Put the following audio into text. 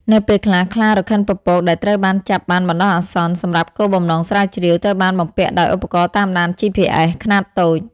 នៅពេលខ្លះ ខ្លារខិនពពកដែលត្រូវបានចាប់បានបណ្តោះអាសន្នសម្រាប់គោលបំណងស្រាវជ្រាវ ត្រូវបានបំពាក់ដោយ ឧបករណ៍តាមដាន GPS ខ្នាតតូច។